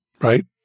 right